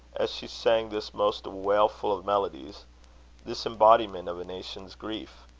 as she sang this most wailful of melodies this embodiment of a nation's grief.